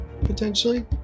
potentially